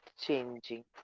changing